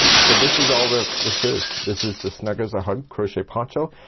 so this is all the this is. this is the snug as a hug crochet poncho.